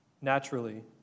naturally